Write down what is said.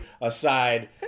aside